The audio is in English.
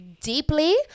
deeply